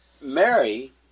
Mary